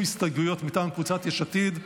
הסתייגויות מטעם קבוצת סיעת יש עתיד,